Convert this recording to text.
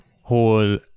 whole